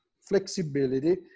flexibility